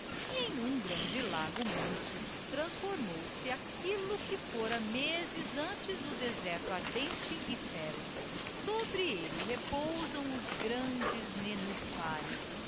em um grande lago manso transformo u se aquillo que fora mezes antes o deserto ardente e fero sobre elle repousamos grandes nenuphares